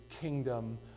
kingdom